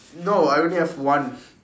no I only have one